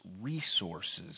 resources